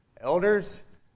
elders